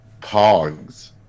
pogs